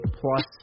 plus